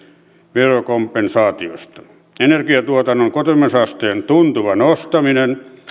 verokompensaatiosta energiantuotannon kotimaisuusasteen tuntuva nostaminen